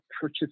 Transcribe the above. purchase